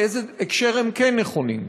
באיזה הקשר הם כן נכונים?